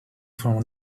from